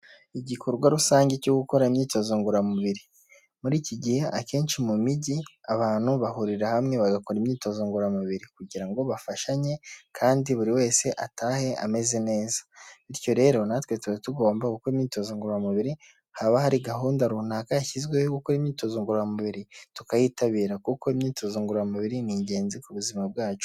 Igikorwa rusange cyo gukora imyitozo ngororamubiri, muri iki gihe akenshi mu mijyi abantu bahurira hamwe bagakora imyitozo ngororamubiri kugira ngo bafashanye kandi buri wese atahe ameze neza bityo rero natwe tuba tugomba gukora imyitozo ngoramubiri haba hari gahunda runaka yashyizweho yo gukora imyitozo ngororamubiri tukayitabira kuko imyitozo ngoramubiri ni ingenzi ku buzima bwacu.